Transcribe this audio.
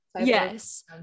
yes